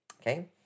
Okay